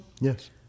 yes